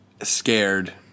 scared